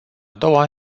doua